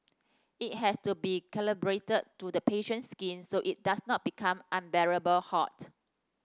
it has to be calibrated to the patient's skin so it does not become unbearably hot